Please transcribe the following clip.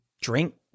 drink